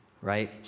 right